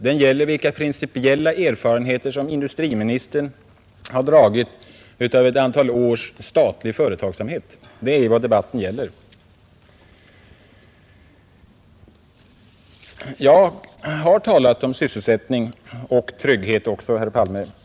Den gäller vilka principiella Tisdagen den erfarenheter som industriministern har dragit av ett antal års statlig 30 mars 1971 företagsamhet. Det är vad debatten gäller. Jag har talat om sysselsättning och trygghet också, herr Palme, i mina Ang.